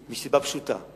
מסיבה פשוטה,